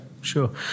Sure